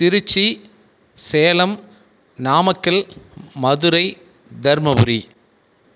Trichy Salem Namakkal Madurai Dharmapuri